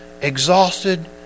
exhausted